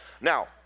Now